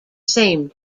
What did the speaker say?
same